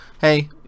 hey